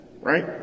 Right